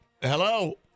Hello